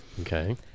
okay